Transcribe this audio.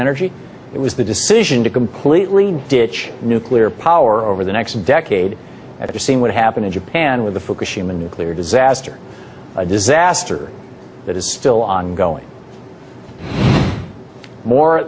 energy it was the decision to completely ditch nuclear power over the next decade after seeing what happened in japan with the fukushima nuclear disaster a disaster that is still ongoing more